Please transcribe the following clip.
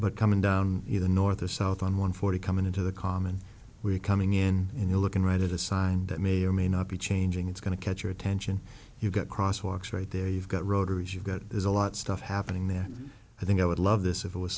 but coming down either north or south on one forty coming into the common we're coming in and you're looking right at a sign that may or may not be changing it's going to catch your attention you've got crosswalks right there you've got rotaries you've got there's a lot of stuff happening there i think i would love this if it was